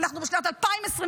אנחנו בשנת 2024,